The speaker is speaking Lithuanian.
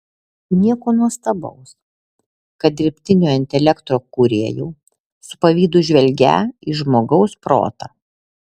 nieko nuostabaus kad dirbtinio intelekto kūrėjau su pavydu žvelgią į žmogaus protą